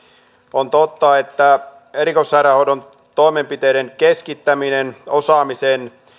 on totta että erikoissairaanhoidon toimenpiteiden keskittäminen osaamisen